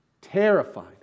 terrified